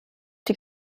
die